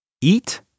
Eat